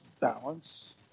balance